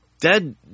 Dead